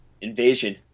Invasion